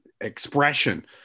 expression